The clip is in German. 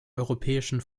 europäischen